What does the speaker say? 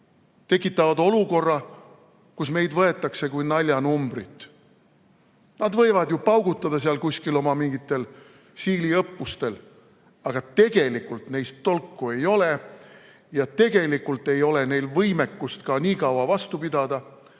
tekitavad olukorra, kus meid võetakse kui naljanumbrit. Nad võivad ju paugutada seal kuskil oma mingitel Siili õppustel, aga tegelikult neist tolku ei ole ja tegelikult ei ole neil võimekust nii kaua vastu pidada,